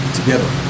together